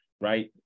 right